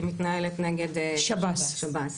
שמתנהלת נגד שב"ס.